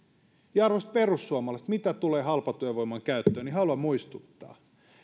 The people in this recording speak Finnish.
niin arvoisat perussuomalaiset mitä tulee halpatyövoiman käyttöön niin haluan muistuttaa